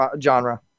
genre